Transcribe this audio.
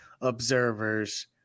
observers